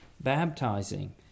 baptizing